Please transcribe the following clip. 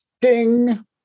Ding